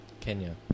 Kenya